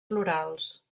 florals